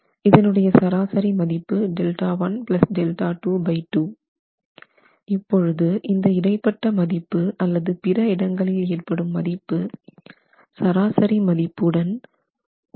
இதனுடைய சராசரி மதிப்பு இப்பொழுது இந்த இடைப்பட்ட மதிப்பு அல்லது பிற இடங்களில் ஏற்படும் மதிப்பு சராசரி மதிப்பு 1